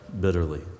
bitterly